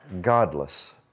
godless